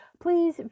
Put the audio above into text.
please